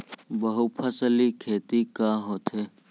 बहुफसली खेती का होथे?